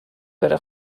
بره